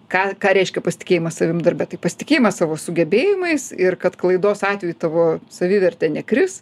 ką ką reiškia pasitikėjimas savim darbe tai pasitikėjimas savo sugebėjimais ir kad klaidos atveju tavo savivertė nekris